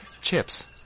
chips